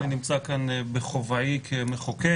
אני נמצא כאן בכובעי כמחוקק,